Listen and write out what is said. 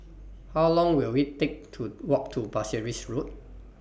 How Long Will IT Take to Walk to Pasir Ris Road